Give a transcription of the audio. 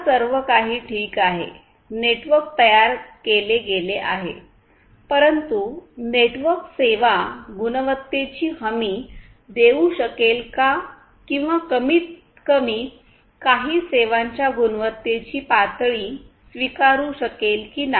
आता सर्वकाही ठीक आहे नेटवर्क तयार केले गेले आहे परंतु नेटवर्क सेवा गुणवत्तेची हमी देऊ शकेल का किंवा कमीतकमी काही सेवांच्या गुणवत्तेची पातळी स्वीकारू शकेल की नाही